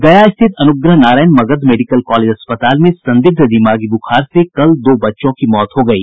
गया स्थित Anugrah Narayan Magadh medical college अस्पताल में संदिग्ध दिमागी बुखार से कल दो बच्चों की मौत हो गयी